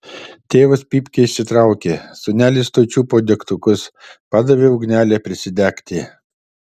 tėvas pypkę išsitraukė sūnelis tuoj čiupo degtukus padavė ugnelę prisidegti